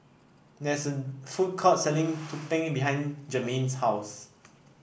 there is an food court selling Tumpeng behind Germaine's house